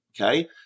Okay